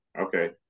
okay